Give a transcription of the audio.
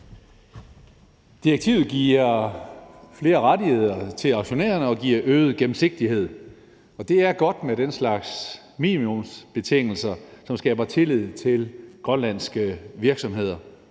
Direktivet giver flere rettigheder til aktionærerne og giver øget gennemsigtighed, og det er godt med den slags minimumsbetingelser, som skaber tillid til grønlandske virksomheder.